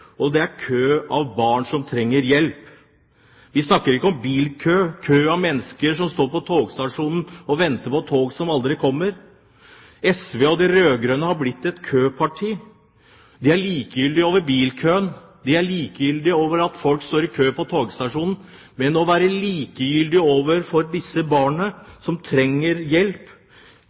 og det er kø av barn som trenger hjelp – vi snakker ikke om bilkø eller kø av mennesker som står på togstasjonen og venter på tog som aldri kommer. SV og de rød-grønne har blitt et kø-parti. De er likegyldige til bilkøen. De er likegyldige til at folk står i kø på togstasjonen. Men å være likegyldig overfor disse barna som trenger hjelp,